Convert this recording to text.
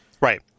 right